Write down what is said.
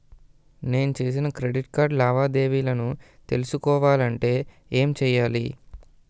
నేను చేసిన credit card లావాదేవీలను తెలుసుకోవాలంటే ఏం చేయాలి?